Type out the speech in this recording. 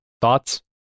thoughts